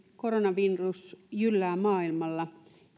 koronavirus jyllää maailmalla